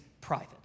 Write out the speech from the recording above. private